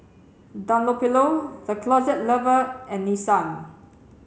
Dunlopillo The Closet Lover and Nissan